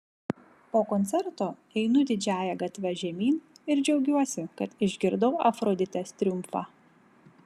po koncerto einu didžiąja gatve žemyn ir džiaugiuosi kad išgirdau afroditės triumfą